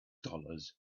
dollars